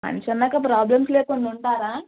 మనిషి అన్నాక ప్రాబ్లమ్స్ లేకుండా ఉంటారా